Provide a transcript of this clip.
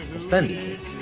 offended him.